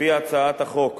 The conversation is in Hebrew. לפי הצעת החוק,